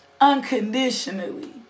unconditionally